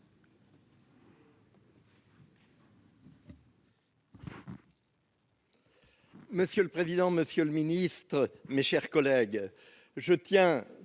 monsieur le président, monsieur le ministre, mes chers collègues,